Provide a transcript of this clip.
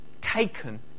taken